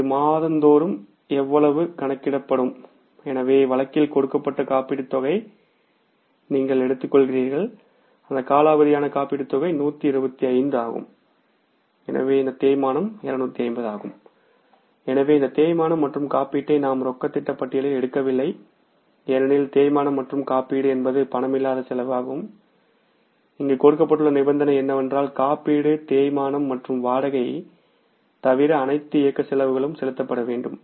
இது மாதந்தோறும் எவ்வளவு கணக்கிடப்படும் எனவே வழக்கில் கொடுக்கப்பட்ட காப்பீட்டுத் தொகையை நீங்கள் எடுத்துக்கொள்கிறீர்கள் அந்த காலாவதியான காப்பீட்டுத் தொகை 125 ஆகும் எனவே இந்த தேய்மானம் 250 ஆகும் எனவே இந்த தேய்மானம் மற்றும் காப்பீட்டை நாம் ரொக்க திட்ட பட்டியலில் எடுக்கவில்லை ஏனெனில் தேய்மானம் மற்றும் காப்பீடு என்பது ரொக்கமில்லா செலவு ஆகும் இங்கு கொடுக்கப்பட்டுள்ள நிபந்தனை என்னவென்றால் காப்பீடு தேய்மானம் மற்றும் வாடகை தவிர அனைத்து இயக்க செலவுகளும் செலுத்தப்பட வேண்டும்